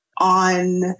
on